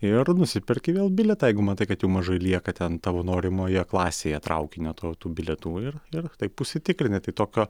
ir nusiperki vėl bilietą jeigu matai kad jau mažai lieka ten tavo norimoje klasėje traukinio tau tų bilietų ir ir taip užsitikrini tai tokio